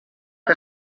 què